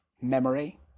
memory